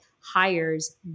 hires